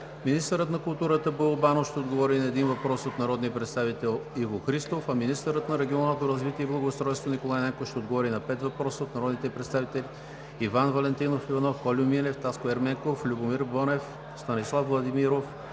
министърът на културата Боил Банов ще отговори на един въпрос от народния представител Иво Христов; - министърът на регионалното развитие и благоустройството Николай Нанков ще отговори на пет въпроса от народните представители Иван Валентинов Иванов; Кольо Милев и Таско Ерменков; Любомир Бонев; Станислав Владимиров;